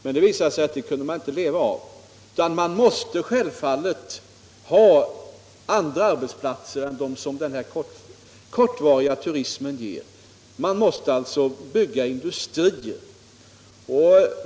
Men det visade sig att det kunde man inte leva på utan man måste självfallet ha andra arbeten än dem som den här kortvariga turismen ger. Man måste alltså bygga industrier.